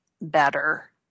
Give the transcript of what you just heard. better